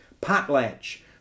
potlatch